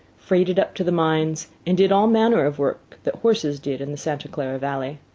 freighted up to the mines, and did all manner of work that horses did in the santa clara valley.